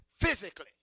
physically